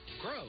grow